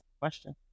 Question